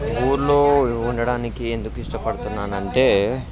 ఊర్లో ఉండడానికి ఎందుకు ఇష్టపడుతున్నాను అంటే